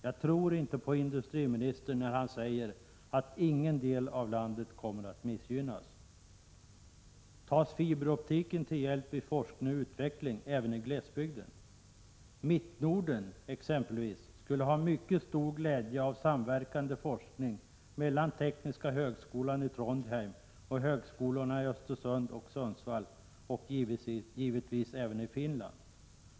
Jag tror inte på industriministern när han säger att ingen del av landet kommer att missgynnas. Tas fiberoptiken till hjälp vid forskning och utveckling även i glesbygden? Exempelvis Mittnorden skulle ha mycket stor glädje av samverkande forskning mellan tekniska högskolan i Trondheim och högskolorna i Östersund och Sundsvall. Givetvis skulle man också ha glädje av samarbete med Finland.